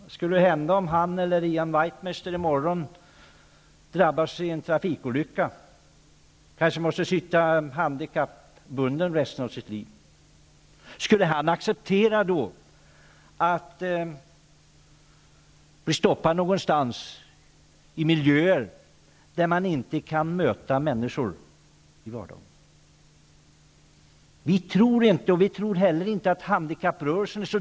Vad skulle hända om han -- eller Ian Wachtmeister -- drabbades av en trafikolycka och kanske måste sitta handikappbunden resten av livet. Skulle han då acceptera att bli placerad i en miljö där han inte kan möta människor i vardagen? Vi tror inte att man är så dum inom handikapprörelsen.